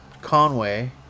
Conway